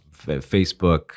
facebook